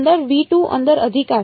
અંદર અંદર અધિકાર